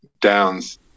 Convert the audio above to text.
Downs